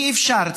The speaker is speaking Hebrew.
אי-אפשר,